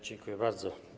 Dziękuję bardzo.